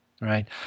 right